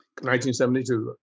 1972